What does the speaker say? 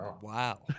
Wow